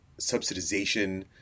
subsidization